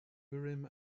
urim